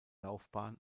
laufbahn